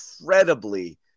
incredibly